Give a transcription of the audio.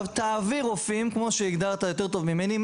תעביר רופאים כמו שהגדרת יותר טוב ממני,